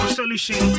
solution